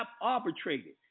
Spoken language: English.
arbitrated